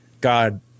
god